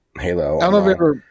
Halo